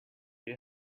you